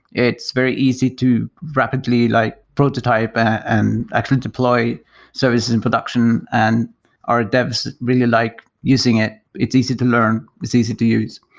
it's very easy to rapidly like prototype and actually deploy so services in production and our devs really like using it. it's easy to learn. it's easy to use.